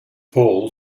paul